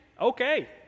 Okay